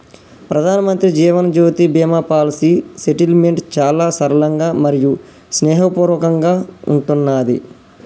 ప్రధానమంత్రి జీవన్ జ్యోతి బీమా పాలసీ సెటిల్మెంట్ చాలా సరళంగా మరియు స్నేహపూర్వకంగా ఉంటున్నాది